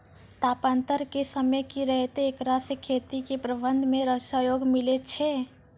तापान्तर के समय की रहतै एकरा से खेती के प्रबंधन मे सहयोग मिलैय छैय?